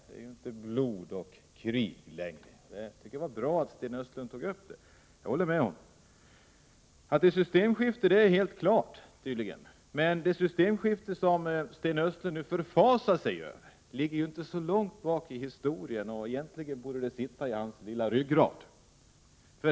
Det är inte blod och krig längre. Jag tycker det var bra att Sten Östlund tog upp det, och jag håller med honom. Att det är fråga om ett systemskifte är tydligen helt klart, men det systemskifte som Sten Östlund nu förfasar sig över ligger inte så långt bakåt i historien, och egentligen borde det sitta i hans ryggrad.